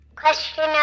Question